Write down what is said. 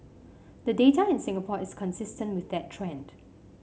the data in Singapore is consistent with that trend